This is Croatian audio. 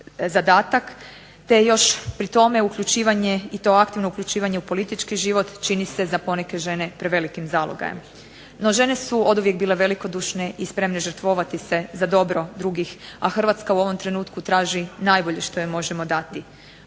te još pri tome uključivanje i to aktivno uključivanje u politički život čini se za poneke žene prevelikim zalogajem. No, žene su oduvijek bile velikodušne i spremne žrtvovati se za dobro drugih, a Hrvatska u ovom trenutku traži najbolje što joj možemo dati,